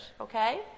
okay